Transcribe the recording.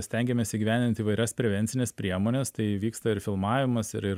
stengiamės įgyvendint įvairias prevencines priemones tai vyksta ir filmavimas ir ir